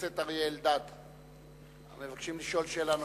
חבר הכנסת אריה אלדד, המבקש לשאול שאלה נוספת.